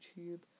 YouTube